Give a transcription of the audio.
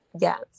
Yes